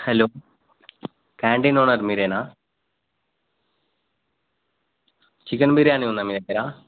hello canteen owner మీరేనా chicken biryani ఉందా మీ దగ్గర